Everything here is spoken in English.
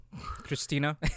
Christina